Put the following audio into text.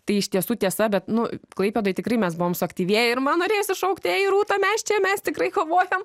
tai iš tiesų tiesa bet nu klaipėdoj tikrai mes buvom suaktyvėję ir man norėjosi šaukti ei rūta mes čia mes tikrai kovojam